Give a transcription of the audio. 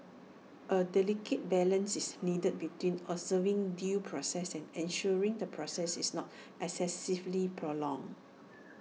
A delicate balance is needed between observing due process and ensuring the process is not excessively prolonged